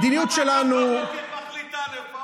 המדיניות שלנו, כל אחד קם בבוקר ומחליט: א.